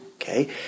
Okay